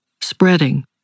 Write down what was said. spreading